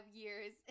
years